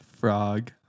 frog